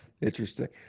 Interesting